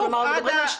כתוב --- וזה מ-2019,